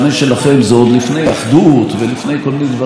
עוד לפני אחדות ולפני כל מיני דברים אחרים,